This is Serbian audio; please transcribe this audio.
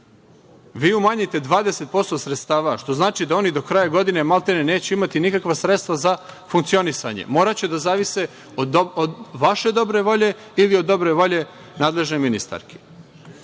vi umanjite 20% sredstava, što znači da oni do kraja godine malte ne neće imati nikakva sredstva za funkcionisanje, moraće da zavise od vaše dobre volje ili od dobre volje nadležne ministarke. Dakle,